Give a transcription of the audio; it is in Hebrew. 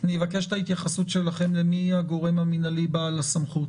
אני אבקש את ההתייחסות שלכם למי גורם המנהלי בעל הסמכות,